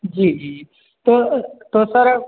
जी जी तो तो सर